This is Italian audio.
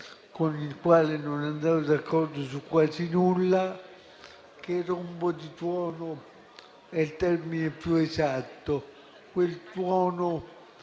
con il quale non andavo d'accordo su quasi nulla, che "rombo di tuono" è il termine più esatto, quel tuono